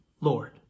Lord